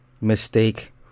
mistake